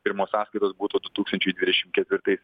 pirmos sąskaitos būtų du tūkstančiai dvidešim ketvirtais